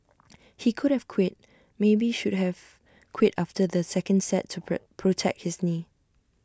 he could have quit maybe should have quit after the second set to pro protect his knee